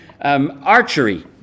archery